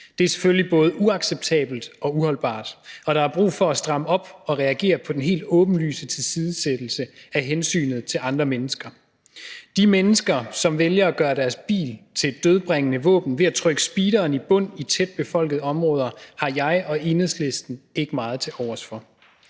Det er selvfølgelig både uacceptabelt og uholdbart, og der er brug for at stramme op og reagere på den helt åbenlyse tilsidesættelse af hensynet til andre mennesker. De mennesker, som vælger at gøre deres bil til et dødbringende våben ved at trykke speederen i bund i tæt befolkede områder, har jeg og Enhedslisten ikke meget tilovers for.